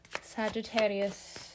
Sagittarius